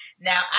Now